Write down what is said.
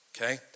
okay